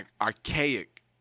archaic